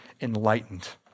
enlightened